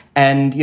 and, you